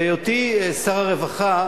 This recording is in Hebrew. בהיותי שר הרווחה,